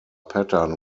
pattern